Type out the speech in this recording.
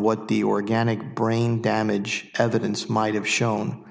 what the organic brain damage evidence might have shown